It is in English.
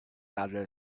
other